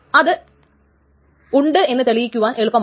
അത് ഉണ്ട് എന്ന് തെളിയിക്കുവാൻ എളുപ്പമാണ്